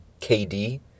KD